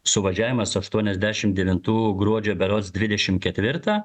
suvažiavimas aštuoniasdešimt devintų gruodžio berods dvidešimt ketvirtą